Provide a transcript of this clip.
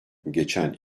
geçen